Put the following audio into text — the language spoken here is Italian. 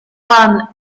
juan